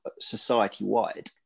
society-wide